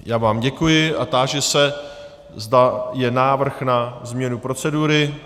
Já vám děkuji a táži se, zda je návrh na změnu procedury.